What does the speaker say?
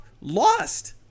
lost